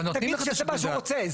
תגיד שזה מה שהוא רוצה,